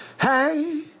Hey